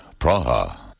Praha